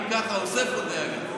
אם ככה, אז הוסיפו דאגה.